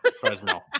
Fresno